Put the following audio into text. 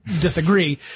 disagree